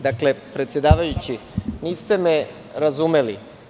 Dakle, predsedavajući, niste me razumeli.